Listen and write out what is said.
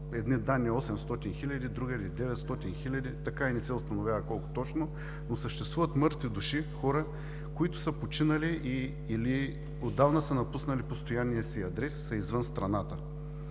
едни данни 800 хиляди, другаде – 900 хиляди, така и не се установява колко точно, но съществуват мъртви души, хора, които са починали или отдавна са напуснали постоянния си адрес и са извън страната.